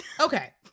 Okay